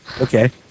okay